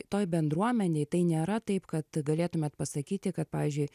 toj bendruomenėj tai nėra taip kad galėtumėt pasakyti kad pavyzdžiui